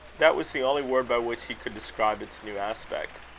that was the only word by which he could describe its new aspect.